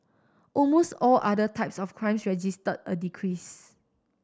almost all other types of crimes registered a decrease